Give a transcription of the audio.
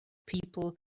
people